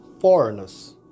foreigners